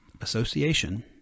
association